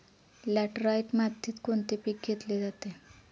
Laterite मातीत कोणते पीक घेतले जाते?